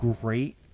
great